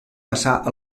passar